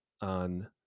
on